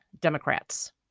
Democrats